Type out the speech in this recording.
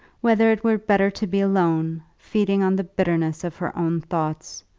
whether it were better to be alone, feeding on the bitterness of her own thoughts,